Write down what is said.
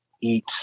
eat